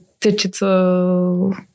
digital